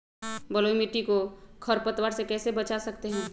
बलुई मिट्टी को खर पतवार से कैसे बच्चा सकते हैँ?